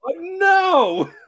No